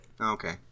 Okay